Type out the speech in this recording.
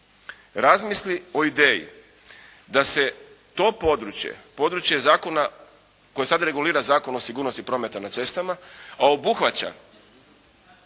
razmisli o ideji da se to područje, područje zakona koje sad regulira Zakon o sigurnosti prometa na cestama, a obuhvaća